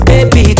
Baby